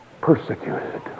persecuted